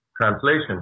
translation